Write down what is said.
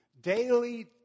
daily